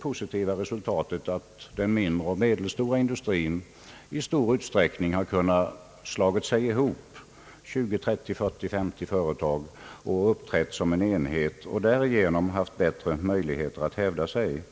fått det goda resultatet att den mindre och medelstora industrin i stor utsträckning har kunnat slå sig ihop — 20—530 eller 40—50 olika företag — och uppträtt som en enhet och därigenom fått bättre möjligheter att hävda sig.